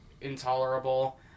intolerable